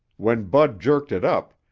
when bud jerked it up,